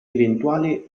eventuale